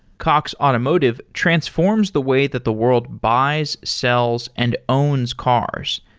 cox automotive transforms the way that the world buys, sells and owns cars.